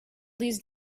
these